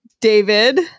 David